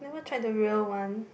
never tried the real one